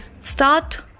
start